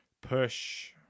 push